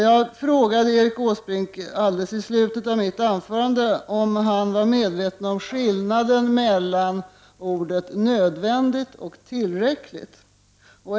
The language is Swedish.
Jag frågade Erik Åsbrink i slutet av mitt anförande om han var medveten om skillnaden mellan orden nödvändigt och tillräckligt.